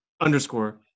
underscore